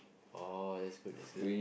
oh that's good that's good